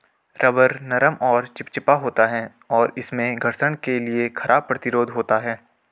rubber नरम और चिपचिपा होता है, और इसमें घर्षण के लिए खराब प्रतिरोध होता है